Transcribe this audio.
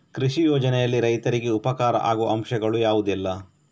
ಕೃಷಿ ಯೋಜನೆಯಲ್ಲಿ ರೈತರಿಗೆ ಉಪಕಾರ ಆಗುವ ಅಂಶಗಳು ಯಾವುದೆಲ್ಲ?